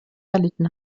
erlitten